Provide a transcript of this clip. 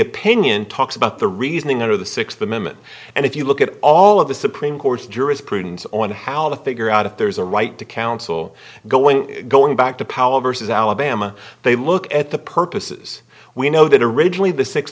opinion talks about the reasoning or the sixth amendment and if you look at all of the supreme court's jurisprudence on how to figure out if there's a right to counsel going going back to powell versus alabama they look at the purposes we know that originally the six